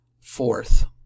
Fourth